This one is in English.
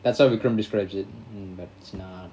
that's how vikram describes it mm but it's nah